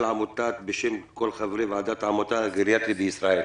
בשם כל חברי ועדת העמותה הגריאטרית בישראל.